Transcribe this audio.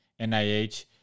NIH